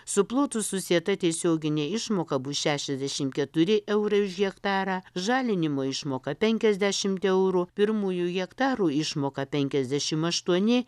su plotu susieta tiesioginė išmoka bus šešiasdešimt keturi eurai už hektarą žalinimo išmoka penkiasdešimt eurų pirmųjų hektarų išmoka penkiasdešim aštuoni